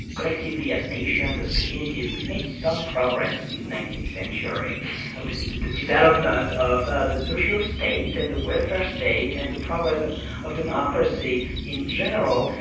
collectively as nations, as communities, we've made some progress since the nineteenth century with the development of ah the social state and the welfare state, and the progress of of democracy in general.